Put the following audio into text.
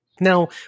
Now